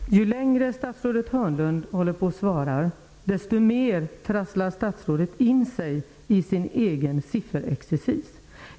Fru talman! Ju längre statsrådet Hörnlund håller på, desto mer trasslar han in sig i sin egen sifferexercis.